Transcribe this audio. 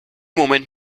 moment